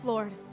Lord